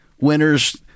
winners